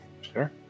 sure